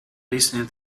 listening